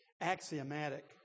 axiomatic